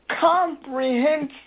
comprehensive